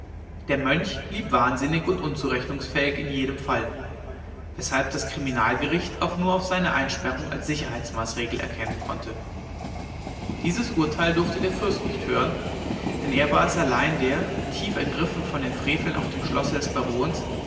der mönch blieb wahnsinnig und unzurechnungsfähig in jedem fall deshalb das kriminalgericht auch nur auf seine einsperrung als sicherheitsmaßregel erkennen konnten dieses urteil durfte der fürst nicht hören denn er war es allein der tief ergriffen von den freveln auf dem schlosse des barons